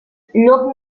llop